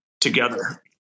together